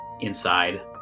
inside